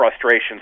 frustrations